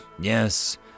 Yes